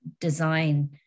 design